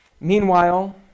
Meanwhile